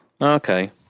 Okay